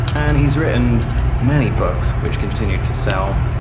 and he's written many books which continue to sell.